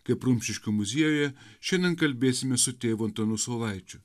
kaip rumšiškių muziejuje šiandien kalbėsime su tėvu antanu saulaičiu